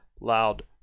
loud